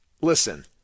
Listen